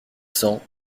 cents